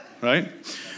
right